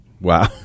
Wow